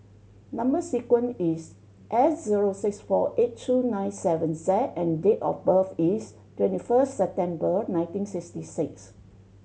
number sequence is S zero six four eight two nine seven Z and date of birth is twenty first September nineteen sixty six